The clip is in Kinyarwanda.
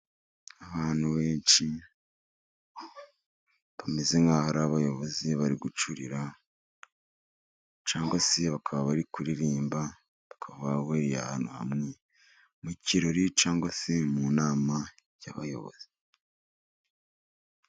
Abantu benshi bameze nk'aho ari abayobozi bari gucurira, cyangwa se bakaba bari kuririmba. Bakaba bahuriye ahantu hamwe mu kirori cyangwa se mu nama y'abayobozi.